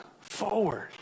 forward